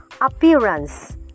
appearance